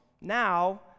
now